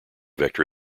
vector